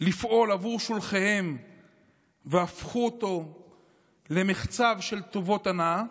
לפעול עבור שולחיהם והפכו אותו למחצב של טובות הנאה.